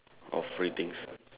of free things